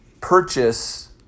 purchase